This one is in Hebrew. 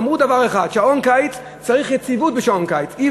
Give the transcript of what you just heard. אמרו דבר אחד: שעון קיץ, צריך יציבות בשעון קיץ.